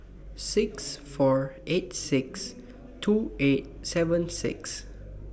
six four eight six two eight seven six